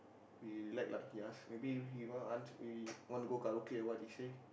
relax lah he ask maybe he want us maybe we want to go karaoke what he say